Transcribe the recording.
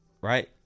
right